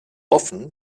offen